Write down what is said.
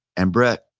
and, brett,